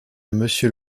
monsieur